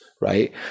right